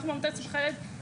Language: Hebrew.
אנחנו עמותת שמחה לילד,